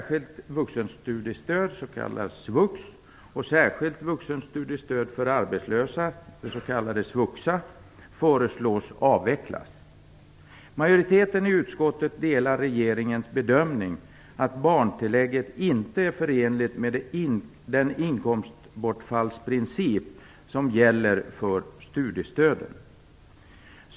SVUX, och särskilt vuxenstudiestöd för arbetslösa, s.k. SVUXA, föreslås avvecklas. Majoriteten i utskottet delar regeringens bedömning att barntillägget inte är förenligt med den inkomstbortfallsprincip som gäller för studiestöden.